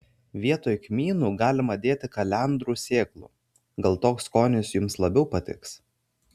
vietoj kmynų galima dėti kalendrų sėklų gal toks skonis jums labiau patiks